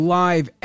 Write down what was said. live